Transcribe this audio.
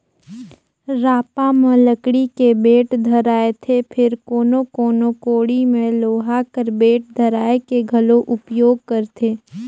रापा म लकड़ी के बेठ धराएथे फेर कोनो कोनो कोड़ी मे लोहा कर बेठ धराए के घलो उपियोग करथे